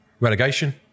Relegation